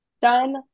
done